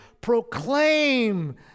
proclaim